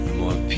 more